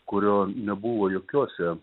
kurio nebuvo jokiuose